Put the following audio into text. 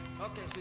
Okay